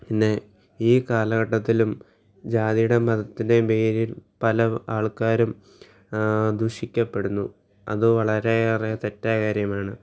പിന്നെ ഈ കാലഘട്ടത്തിലും ജാതിയുടെ മതത്തിന്റെയും പേരിൽ പല ആൾക്കാരും ദുഷിക്കപ്പെടുന്നു അതു വളരെയേറെ തെറ്റായ കാര്യമാണ്